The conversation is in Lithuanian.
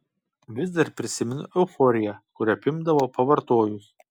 vis dar prisimenu euforiją kuri apimdavo pavartojus